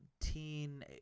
teen